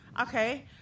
Okay